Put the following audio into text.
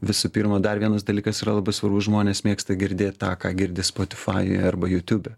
visu pirma dar vienas dalykas yra labai svarbus žmonės mėgsta girdėt tą ką girdi spotifajuj arba jutiūbe